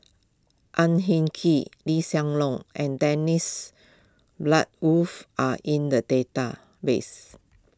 Ang Hin Kee Lee Hsien Loong and Dennis Bloodworth are in the database